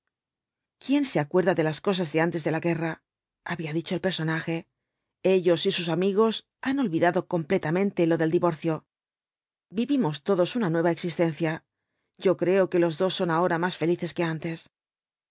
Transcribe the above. quién se acuerda de las cosas de antes de la guerra había dicho el personaje ellos y sus amigos han olvidado completamente lo del divorcio vivimos todos una nueva existencia yo creo que los dos son ahora más felices que antes